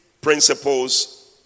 principles